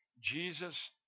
Jesus